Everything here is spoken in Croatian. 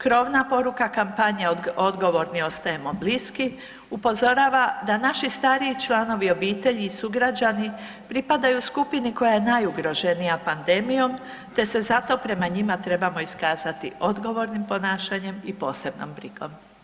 Krovna poruka kampanje „Odgovorni ostajemo bliski“ upozorava da naši stariji članovi obitelji i sugrađani pripadaju skupini koja je najugroženija pandemijom te se zato prema njima trebamo iskazati odgovornim ponašanjem i posebnom brigom.